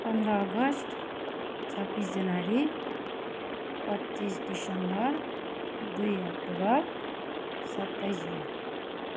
पन्ध्र अगस्त छब्बिस जनवरी पच्चिस डिसेम्बर दुई अक्टोबर सत्ताइस जुलाई